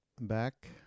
back